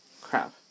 Crap